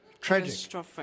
tragic